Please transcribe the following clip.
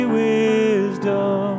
wisdom